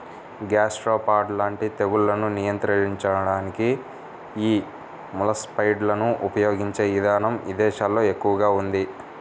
gastropod లాంటి తెగుళ్లను నియంత్రించడానికి యీ మొలస్సైడ్లను ఉపయిగించే ఇదానం ఇదేశాల్లో ఎక్కువగా ఉంది